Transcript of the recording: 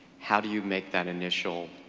how do you make that initial,